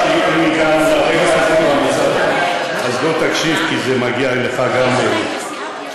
אז בוא תקשיב, כי מגיע גם לך קרדיט.